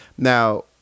Now